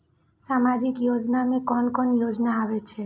सामाजिक योजना में कोन कोन योजना आबै छै?